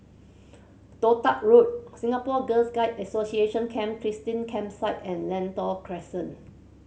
Toh Tuck Road Singapore Girl Guides Association Camp Christine Campsite and Lentor Crescent